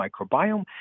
microbiome